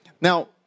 Now